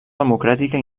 democràtica